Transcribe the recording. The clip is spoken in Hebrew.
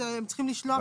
הם צריכים לשלוח דיווח.